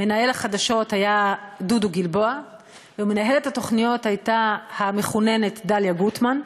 מנהל החדשות היה דודו גלבוע ומנהלת התוכניות הייתה המחוננת דליה גוטמן,